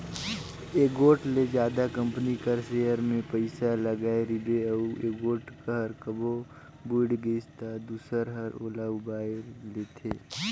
एगोट ले जादा कंपनी कर सेयर में पइसा लगाय रिबे अउ एगोट हर कहों बुइड़ गइस ता दूसर हर ओला उबाएर लेथे